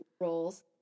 roles